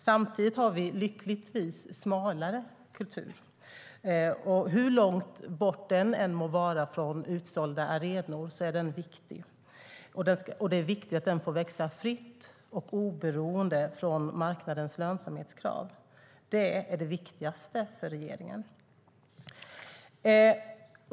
Samtidigt har vi lyckligtvis smalare kultur, och hur långt bort den än må vara från utsålda arenor är den viktig. Det är viktigt att den får växa fritt och oberoende av marknadens lönsamhetskrav. Det är det viktigaste för regeringen.